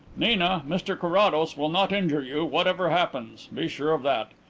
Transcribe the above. nina, mr carrados will not injure you whatever happens be sure of that.